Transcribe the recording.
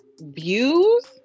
views